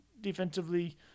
defensively